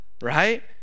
right